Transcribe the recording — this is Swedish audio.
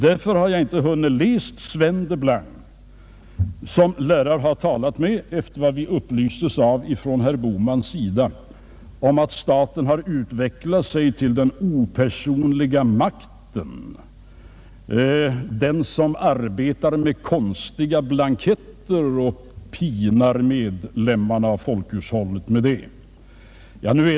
Därför har jag inte hunnit läsa Sven Delblanc, som enligt vad vi har upplysts om av herr Bohman lär ha uttalat att staten har utvecklat sig till den opersonliga makten, som arbetar med konstiga blanketter och pinar medlemmarna av folkhushållet med dessa.